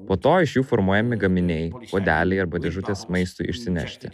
po to iš jų formuojami gaminiai puodeliai arba dėžutes maistui išsinešti